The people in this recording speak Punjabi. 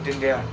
ਦਿੰਦੇ ਆ